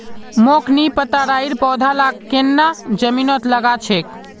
मोक नी पता राइर पौधा लाक केन न जमीनत लगा छेक